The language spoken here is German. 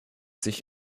sich